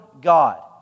God